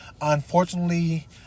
Unfortunately